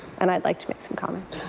and i would like to make some comments.